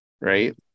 Right